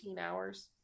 hours